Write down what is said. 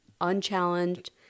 unchallenged